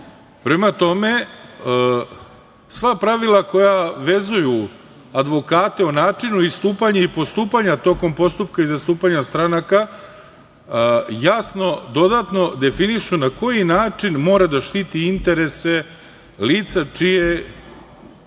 prema tome sva pravila koja vezuju advokate o načinu istupanja i postupanja tokom postupka i zastupanja stranaka jasno dodatno definišu na koji način mora da štiti interese lica čije